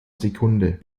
sekunde